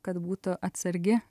kad būtų atsargi